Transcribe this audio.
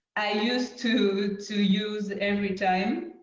i used to to use every time.